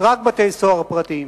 רק בתי-סוהר פרטיים.